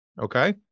Okay